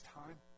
time